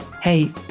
Hey